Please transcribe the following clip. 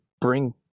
bring